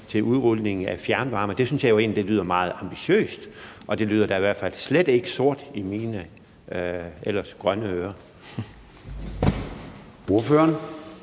til udrulning af fjernvarme. Det synes jeg jo egentlig lyder meget ambitiøst, og det lyder da i hvert fald slet ikke sort i mine ellers grønne ører.